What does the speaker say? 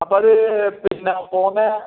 അപ്പോൾ അത് പിന്നെ പോന്നെ